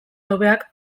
hobeak